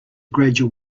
gradual